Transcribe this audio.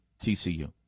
TCU